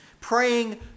praying